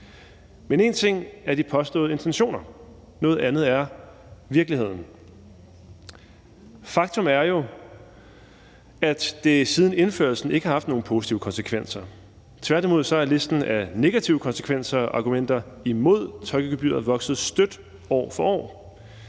Men én ting er de påståede intentioner, og noget andet er virkeligheden. Faktum er jo, at det siden indførelsen ikke har haft nogen positive konsekvenser. Tværtimod er listen af negative konsekvenser og argumenter imod tolkegebyret vokset stødt år for år,